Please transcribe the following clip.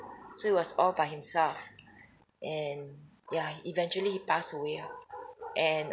so he was all by himself and yeah eventually pass away ah and